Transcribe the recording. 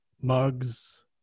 mugs